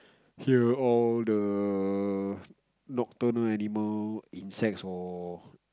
hear all the nocturnal animal insects or